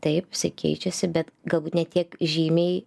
taip jisai keičiasi bet galbūt ne tiek žymiai